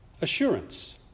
Assurance